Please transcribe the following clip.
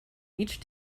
each